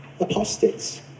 apostates